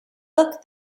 look